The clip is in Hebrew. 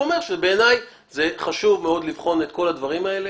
בעיניי חשוב מאוד לבחון את כל הדברים האלה